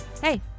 Hey